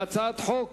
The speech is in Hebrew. והצעת חוק